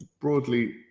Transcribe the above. broadly